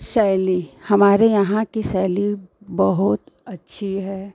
शैली हमारे यहाँ की शैली बहुत अच्छी है